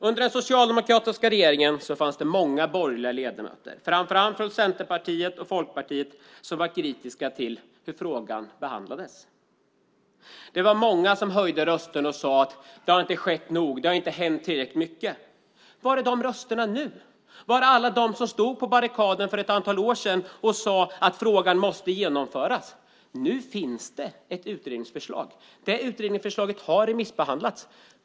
Under den socialdemokratiska regeringen fanns det många borgerliga ledamöter, framför allt från Centerpartiet och Folkpartiet, som var kritiska till hur frågan behandlades. Många höjde rösten och sade: Det har inte hänt tillräckligt mycket. Var är de rösterna nu? Var är alla de som stod på barrikaden för ett antal år sedan och sade att frågan måste genomföras? Nu finns det ett utredningsförslag. Det utredningsförslaget har remissbehandlats.